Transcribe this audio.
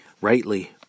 Rightly